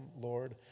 Lord